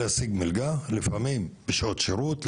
מלגה לפעמים בשעות שירות,